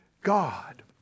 God